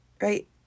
Right